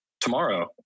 tomorrow